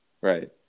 right